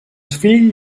fill